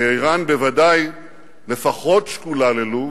ואירן בוודאי לפחות שקולה ללוב,